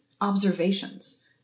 observations